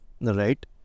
Right